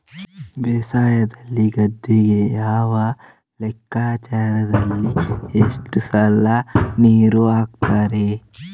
ಬೇಸಾಯದಲ್ಲಿ ಗದ್ದೆಗೆ ಯಾವ ಲೆಕ್ಕಾಚಾರದಲ್ಲಿ ಎಷ್ಟು ಸಲ ನೀರು ಹಾಕ್ತರೆ?